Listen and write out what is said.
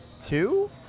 two